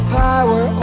power